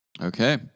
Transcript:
Okay